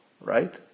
right